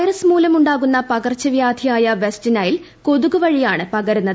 virus മൂലമുണ്ടാകുന്ന പക്ടർച്ച്ച്വ്യാധിയായ West Nile കൊതുക് വഴിയാണ് പ്പക്രുന്നത്